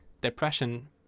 depression